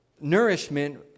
nourishment